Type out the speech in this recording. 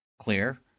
Clear